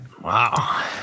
Wow